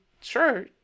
sure